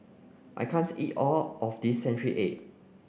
I can't eat all of this century egg